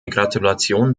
gratulation